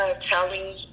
telling